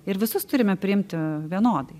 ir visus turime priimti vienodai